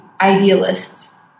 idealist